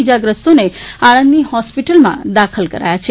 ઈજાગ્રસ્તોને આણંદની હોસ્પિટલમાં દાખલ કર્યા છે